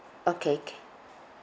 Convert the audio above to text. okay can